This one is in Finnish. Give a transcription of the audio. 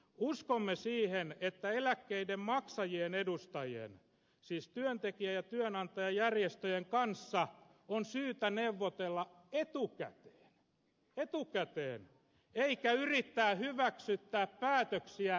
uskomme siihen että eläkkeiden maksajien edustajien siis työntekijä ja työnantajajärjestöjen kanssa on syytä neuvotella etukäteen eikä yrittää hyväksyttää päätöksiä jälkikäteen